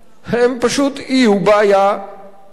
הם פשוט יהיו בעיה חברתית,